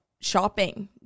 shopping